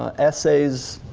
ah essays,